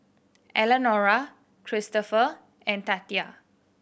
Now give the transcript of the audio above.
Elenora Kristopher and Tatia